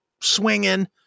swinging